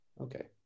Okay